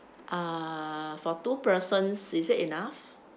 uh for two persons is it enough